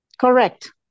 Correct